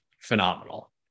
phenomenal